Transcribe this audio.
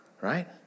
right